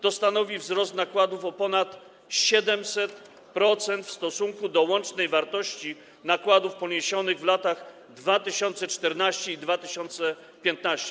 To stanowi wzrost nakładów o ponad 700% w stosunku do łącznej wartości nakładów poniesionych w latach 2014 i 2015.